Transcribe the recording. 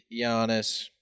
Giannis